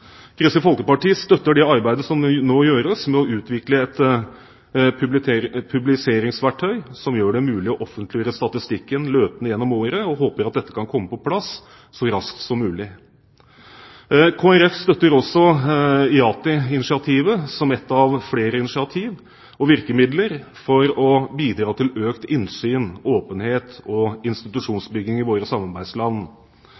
Kristelig Folkeparti støtter det arbeidet som nå gjøres med å utvikle et publiseringsverktøy som gjør det mulig å offentliggjøre statistikken løpende gjennom året, og håper dette kan komme på plass så raskt som mulig. Kristelig Folkeparti støtter også IATI-initiativet som ett av flere initiativ og virkemidler for å bidra til økt innsyn, åpenhet og